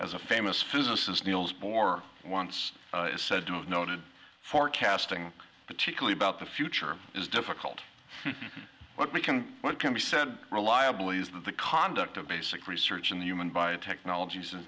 as a famous physicist neils bohr once said to have noted forecasting particularly about the future is difficult but we can what can be said reliably is that the conduct of basic research in the human via technologies